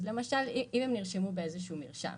אם הם נרשמו באיזשהו מרשם.